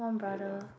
ya lah